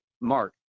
Mark